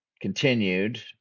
continued